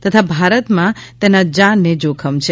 તથા ભારતમાં તેના જાનને જોખમ છે